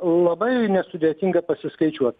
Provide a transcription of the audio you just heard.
labai nesudėtinga pasiskaičiuot